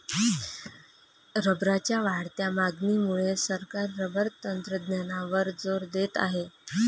रबरच्या वाढत्या मागणीमुळे सरकार रबर तंत्रज्ञानावर जोर देत आहे